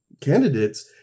candidates